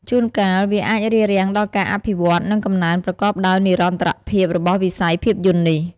ជួនកាល វាអាចរារាំងដល់ការអភិវឌ្ឍន៍ និងកំណើនប្រកបដោយនិរន្តរភាពរបស់វិស័យភាពយន្តនេះ។